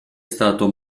stato